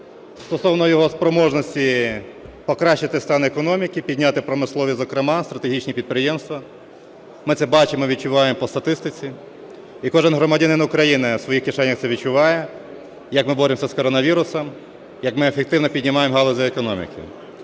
стосовно його спроможності покращити стан економіки, підняти промисловість, зокрема, стратегічні підприємства. Ми це бачимо і відчуваємо по статистиці. І кожен громадянин України в своїх кишенях це відчуває, як ми боремося з коронавірусом, як ми ефективно піднімаємо галузі економіки.